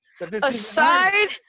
Aside